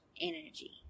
energy